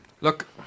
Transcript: Look